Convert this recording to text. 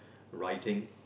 writing